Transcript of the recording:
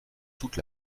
toute